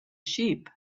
sheep